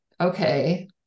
okay